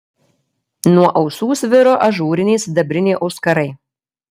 nuo ausų sviro ažūriniai sidabriniai auskarai